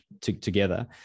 together